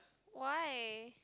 why